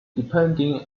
depending